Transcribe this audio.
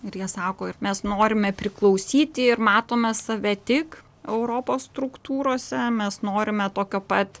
ir jie sako ir mes norime priklausyti ir matome save tik europos struktūrose mes norime tokio pat